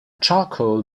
charcoal